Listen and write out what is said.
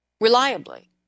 reliably